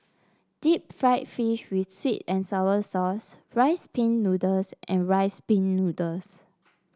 Deep Fried Fish with sweet and sour sauce Rice Pin Noodles and Rice Pin Noodles